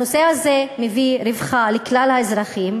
הנושא הזה מביא רווחה לכלל האזרחים.